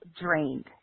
drained